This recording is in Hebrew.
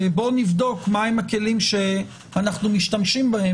בואו נבדוק מהם הכלים שאנחנו משתמשים בהם